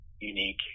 unique